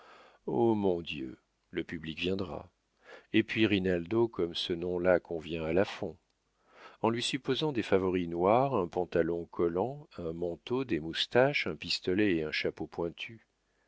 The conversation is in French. oh mon dieu le public viendra et puis rinaldo comme ce nom-là convient à lafont en lui supposant des favoris noirs un pantalon collant un manteau des moustaches un pistolet et un chapeau pointu